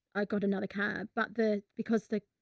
i got another cab, but the, because the.